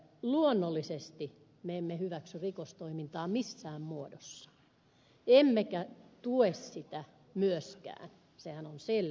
luonnollisesti me emme hyväksy rikostoimintaa missään muodossaan emmekä tue sitä myöskään sehän on selvä asia